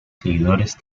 seguidores